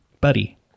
buddy